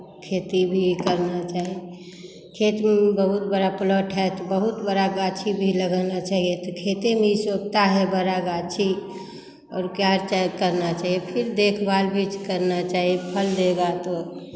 खेती भी करना चाहिए खेत में बहुत बड़ा प्लॉट है तो बहुत बड़ा गाछी भी लगाना चाहिए तो खेते में ये सब उगता है बड़ा गाछी और क्या करना चाहिए फिर देखभाल भी करना चाहिए फल देगा तो